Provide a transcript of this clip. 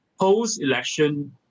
post-election